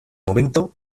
momento